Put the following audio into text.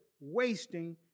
wasting